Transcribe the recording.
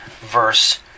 verse